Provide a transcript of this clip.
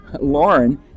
Lauren